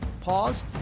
Pause